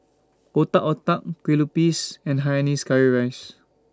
Otak Otak Kue Lupis and Hainanese Curry Rice